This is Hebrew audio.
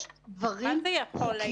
יש דברים חוקיים -- מה זה "יכול היה"?